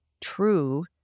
true